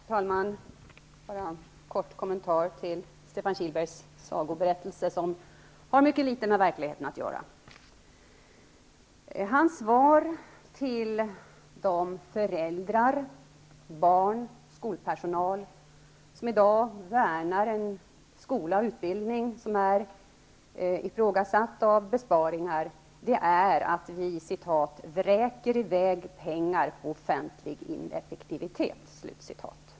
Herr talman! En kort kommentar till Stefan Kihlbergs sagoberättelse, som har mycket litet med verkligheten att göra. Hans svar till de föräldrar och barn samt den skolpersonal som i dag värnar om en skola och en utbildning som är ifrågasatt på grund av besparingar är att vi vräker ''i väg medborgarnas pengar på offentlig ineffektivitet.''